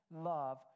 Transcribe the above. love